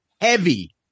heavy